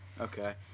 Okay